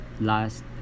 last